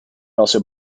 also